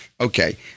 Okay